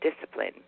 discipline